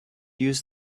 used